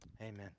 Amen